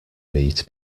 meet